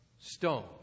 stone